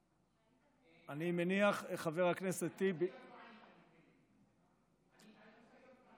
אני מניח, חבר הכנסת טיבי --- תענה על המשאיות.